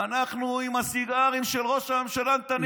אנחנו עם הסיגרים של ראש הממשלה נתניהו.